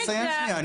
תן לי לסיים שנייה.